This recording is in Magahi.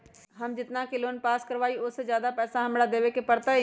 हम जितना के लोन पास कर बाबई ओ से ज्यादा पैसा हमरा देवे के पड़तई?